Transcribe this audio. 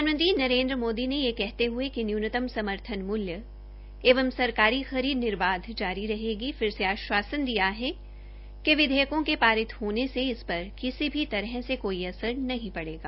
प्रधानमंत्री नरेन्द्र मोदी ने यह कहते हये कि न्यूनतम समर्थन मूल्य एवं सरकारी खरीद निर्बाध जारी रहेगी फिर से आश्वासन दिया है कि विधेयकों के पारित होने से इन पर किसी भी तहर कोई असर नहीं पड़ेगा